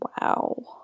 Wow